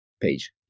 page